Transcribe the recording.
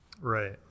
Right